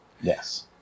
Yes